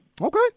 Okay